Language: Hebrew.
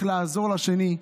איך לעזור לשני,